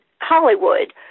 Hollywood